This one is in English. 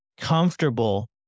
comfortable